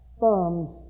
thumb's